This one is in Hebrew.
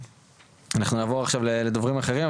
אנחנו נעבור עכשיו לדוברים אחרים,